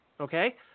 Okay